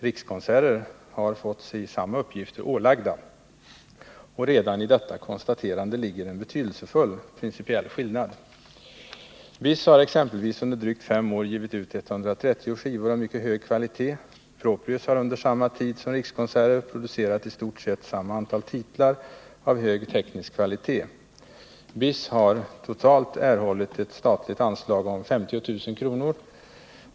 Rikskonserter har fått sig samma uppgifter ålagda. Redan i detta konstaterande ligger en betydelsefull principiell skillnad. BIS har exempelvis under drygt fem år givit ut 130 skivor av mycket hög kvalitet. Proprius har under samma tid som Rikskonserter producerat i stort sett samma antal titlar av hög teknisk kvalitet. BIS har totalt erhållit ett statligt anslag om 50 000 kr.